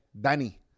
Danny